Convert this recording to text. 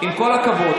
עם כל הכבוד,